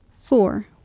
Four